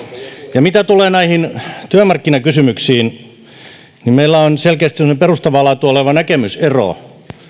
ja mitä tulee näihin työmarkkinakysymyksiin niin meillä on selkeästi perustavaa laatua oleva näkemysero